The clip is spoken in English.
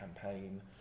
campaign